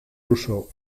ruso